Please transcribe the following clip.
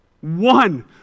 one